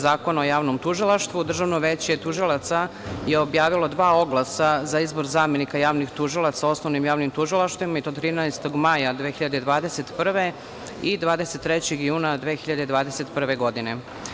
Zakona o javnom tužilaštvu, Državno veće tužilaca je objavilo dva oglasa za izbor zamenika javnih tužilaca u osnovnim javnim tužilaštvima i to 13. maja 2021. i 23. juna 2021. godine.